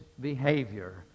behavior